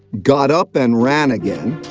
got up and ran again,